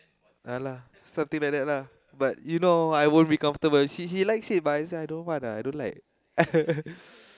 ya lah something like that lah but you know I won't be comfortable she she likes it but I just I don't want lah I don't like